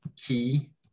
key